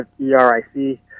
E-R-I-C